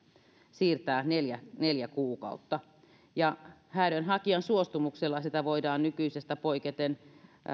siirtää neljä neljä kuukautta ja häädön hakijan suostumuksella sitä voidaan nykyisestä poiketen